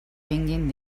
vinguin